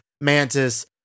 Mantis